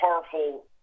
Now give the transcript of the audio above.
powerful